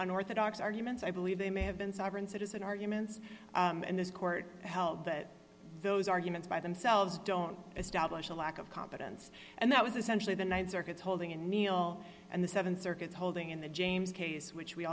unorthodox arguments i believe they may have been sovereign citizen arguments and this court held that those arguments by themselves don't establish a lack of competence and that was essentially the th circuit's holding and neal and the th circuit holding in the james case which we